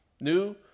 new